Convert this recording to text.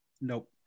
nope